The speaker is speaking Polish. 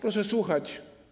Proszę słuchać.